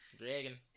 Dragon